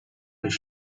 his